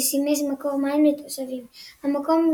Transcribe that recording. ששימש מקור מים לתושבי המקום,